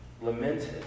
lamented